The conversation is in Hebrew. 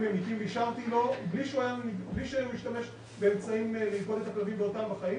ממיתים ואישרתי לו בלי שהוא השתמש באמצעים ללכוד את הכלבים בעודם בחיים